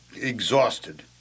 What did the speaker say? exhausted